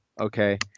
okay